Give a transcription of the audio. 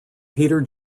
peter